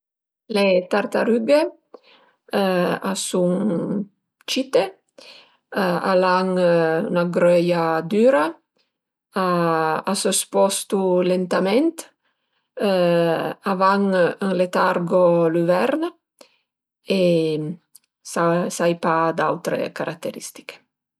Le tartarüghe a sun cite, al an 'na gröia düra, a së spostu lentament, a van ën letargo l'üvern e sai pa d'autre carateristiche